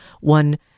one